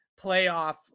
playoff